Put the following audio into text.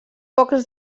poques